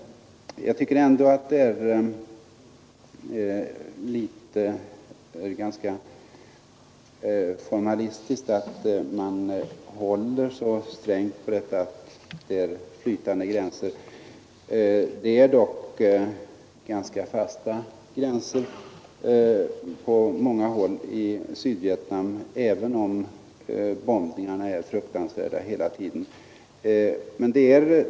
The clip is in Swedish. Jag tycker ändå att det är ganska formalistiskt att så strängt hålla på att gränserna är flytande. Det är dock ganska fasta gränser på många håll i Sydvietnam även om bombningarna är fruktansvärda hela tiden.